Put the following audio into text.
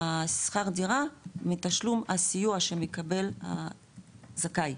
שכר הדירה מתשלום הסיוע שמקבל הזכאי,